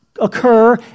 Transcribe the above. occur